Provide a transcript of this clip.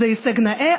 זה הישג נאה.